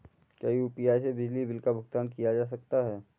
क्या यू.पी.आई से बिजली बिल का भुगतान किया जा सकता है?